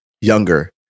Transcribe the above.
younger